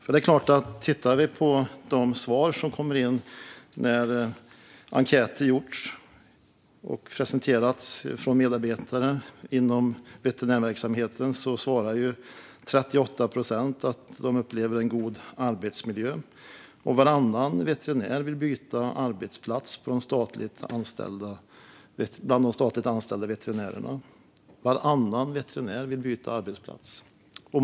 Vi kan titta på de svar från medarbetare inom veterinärverksamheten som har kommit in när enkäter gjorts och presenterats. 38 procent svarar att de upplever en god arbetsmiljö. Bland de statligt anställda veterinärerna vill varannan veterinär byta arbetsplats.